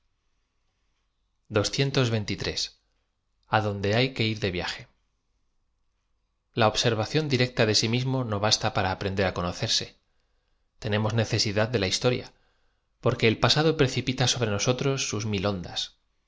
a dónde hay qut i r de viaje l a observaclóa directa de si mismo no basta para aprender á conocerse teaemoa necesidad de la histo ria porque el pasado precipita sobre nosotros sus mil ondas